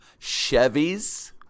Chevys